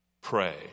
Pray